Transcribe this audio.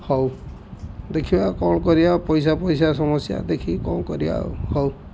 ହଉ ଦେଖିବା କ'ଣ କରିବା ପଇସା ପଇସା ସମସ୍ୟା ଦେଖିକି କ'ଣ କରିବା ଆଉ ହଉ